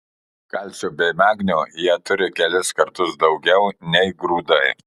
kalcio bei magnio jie turi kelis kartus daugiau nei grūdai